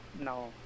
no